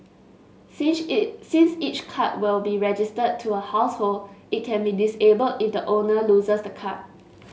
since each since each card will be registered to a household it can be disabled if the owner loses the card